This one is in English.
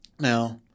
Now